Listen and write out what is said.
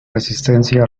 resistencia